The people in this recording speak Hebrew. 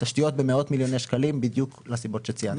תשתיות במאות מיליוני שקלים בדיוק לסיבות שציינת.